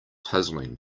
puzzling